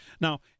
Now